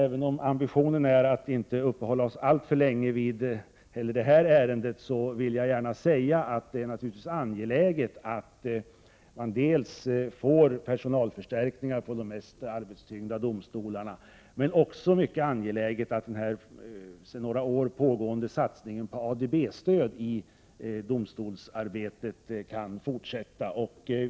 Även om ambitionen är att vi inte skall uppehålla oss alltför länge vid detta ärende vill jag gärna säga att det är angeläget att de mest arbetstyngda domstolarna får personalförstärkningar. Men det är också angeläget att den sedan några år pågående satsningen på ADB-stöd i domstolsarbetet kan fortsätta.